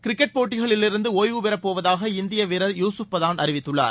cricket போட்டிகளிலிருந்துடிய்வுபெறப்போவதாக இந்தியவீரர் யூசுப் பதான் அறிவித்துள்ளார்